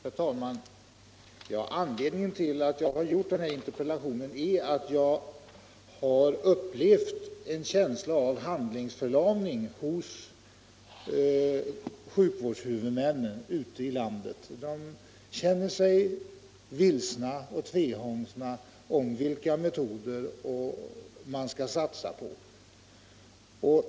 Herr talman! Anledningen till att jag har framställt interpellationen är att jag har upplevt en känsla av handlingsförlamning hos sjukvårdshuvudmännen ute i landet. De känner sig vilsna och tvehågsna om vilka metoder de skall satsa på.